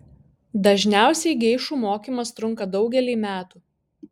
dažniausiai geišų mokymas trunka daugelį metų